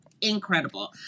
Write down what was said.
incredible